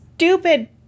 stupid